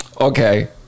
Okay